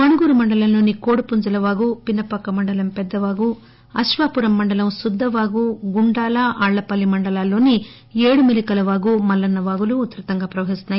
మణుగూరు మండలంలోని కోడిపుంజుల వాగు పినపాక మండలం పెద్దవాగు అశ్వాపురం మండలం సుద్దవాగు గుండాల ఆళ్లపల్లి మండలాల్లోని ఏడు మెలికలవాగు మల్లన్న వాగులు ఉదృతంగా ప్రవహిస్తున్నాయి